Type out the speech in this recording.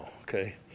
okay